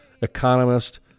economist